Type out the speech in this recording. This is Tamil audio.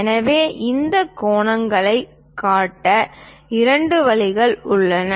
எனவே இந்த கோணங்களைக் காட்ட இரண்டு வழிகள் உள்ளன